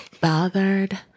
bothered